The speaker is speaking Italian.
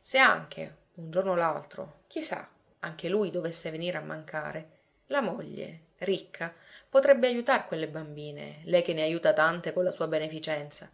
se anche un giorno o l'altro chi sa anche lui dovesse venire a mancare la moglie ricca potrebbe ajutar quelle bambine lei che ne ajuta tante con la sua beneficenza